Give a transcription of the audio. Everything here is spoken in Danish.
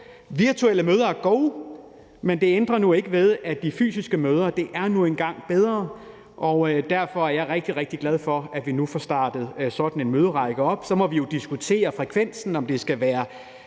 Virtuelle møder er gode, men det ændrer ikke ved, at de fysiske møder nu engang er bedre, og derfor er jeg rigtig, rigtig glad for, at vi nu får startet sådan en møderække op, og så må vi jo diskutere frekvensen – om det skal være